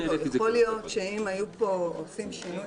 יכול להיות שאם היו עושים פה שינוי